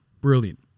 Brilliant